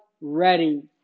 ready